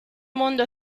mundo